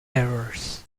errors